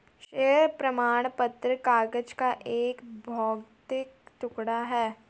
share प्रमाण पत्र कागज का एक भौतिक टुकड़ा है